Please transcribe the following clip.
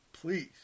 Please